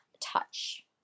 touch